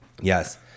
Yes